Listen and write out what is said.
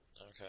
Okay